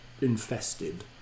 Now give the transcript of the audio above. infested